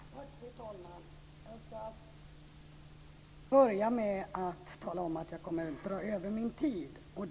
Fru talman! Jag ska börja med att tala om att jag kommer att dra över min anmälda talartid.